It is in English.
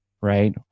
right